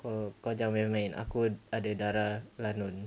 oh kau jangan main main aku ada darah lanun